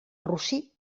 rossí